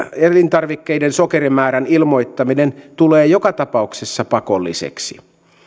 elintarvikkeiden sokerimäärän ilmoittaminen tulee joka tapauksessa pakolliseksi